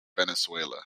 venezuela